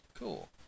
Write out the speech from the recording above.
Cool